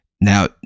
Now